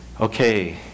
Okay